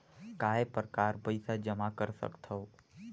काय प्रकार पईसा जमा कर सकथव?